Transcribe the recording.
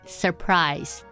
surprise